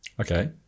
okay